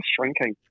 shrinking